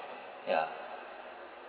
ya